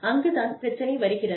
அங்குதான் பிரச்சனை வருகிறது